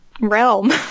realm